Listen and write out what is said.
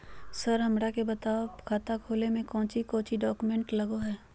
Sir हमरा के बताएं खाता खोले में कोच्चि कोच्चि डॉक्यूमेंट लगो है?